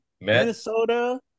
minnesota